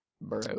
bro